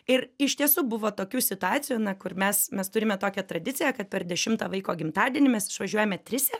ir iš tiesų buvo tokių situacijų kur mes mes turime tokią tradiciją kad per dešimtą vaiko gimtadienį mes išvažiuojame trise